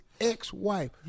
ex-wife